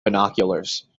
binoculars